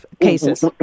cases